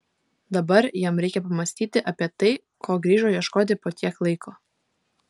dabar jam reikia pamąstyti apie tai ko grįžo ieškoti po tiek laiko